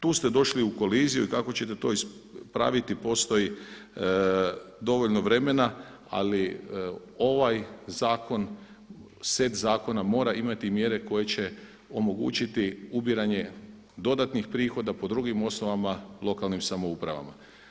Tu ste došli u koliziju i kako ćete to ispraviti postoji dovoljno vremena, ali ovaj set zakona mora imati mjere koje će omogućiti ubiranje dodatnih prihoda po drugim osnovama lokalnim samoupravama.